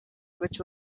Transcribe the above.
which